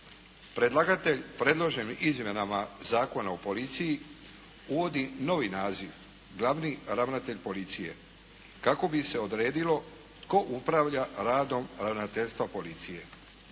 Predlagatelj predloženim izmjenama Zakona o policiji uvodi novi naziv glavni ravnatelj policije kako bi se odredilo tko upravlja radom ravnateljstva policije.